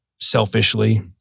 selfishly